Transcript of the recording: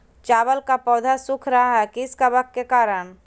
चावल का पौधा सुख रहा है किस कबक के करण?